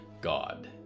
God